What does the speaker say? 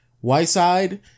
Whiteside